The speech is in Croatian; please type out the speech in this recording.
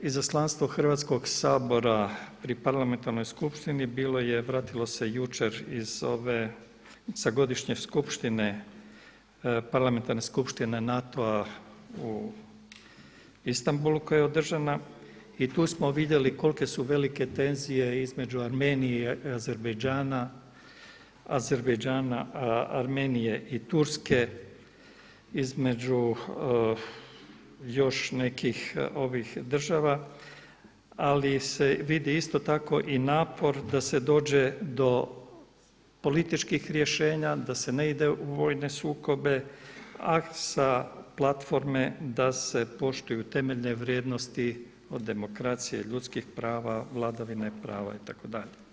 Izaslanstvo Hrvatskog sabora pri parlamentarnoj skupštini bilo je, vratilo se jučer iz ove, sa godišnje skupštine, Parlamentarne skupštine NATO-a u Istambulu koja je održana i tu smo vidjeli kolike su velike tenzije između Armenije i Azerbajdžana, Armenije i Turske, između još nekih ovih država, ali se vidi isto tako i napor da se dođe do političkih rješenja, da se ne ide u vojne sukobe a sa platforme da se poštuje temeljne vrijednosti od demokracije, ljudskih prava, vladavine prava itd.